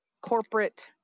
corporate